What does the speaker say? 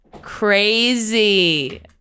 crazy